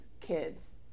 kids